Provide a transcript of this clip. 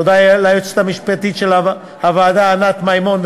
תודה ליועצת המשפטית של הוועדה ענת מימון,